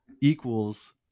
equals